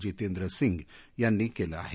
जितेंद्र सिंह यांनी केलं आहे